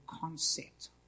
concept